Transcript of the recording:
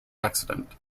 accident